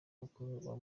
bakuru